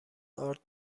آرد